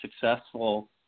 successful